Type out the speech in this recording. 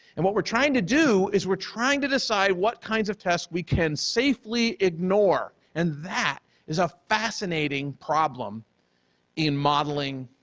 and what we're trying to do is we're trying to decide what kinds of test we can safely ignore and that is a fascinating problem in modeling,